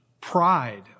Pride